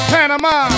Panama